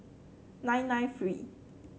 nine nine three